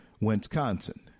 Wisconsin